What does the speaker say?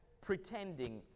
pretending